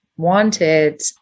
Wanted